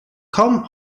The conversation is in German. kaum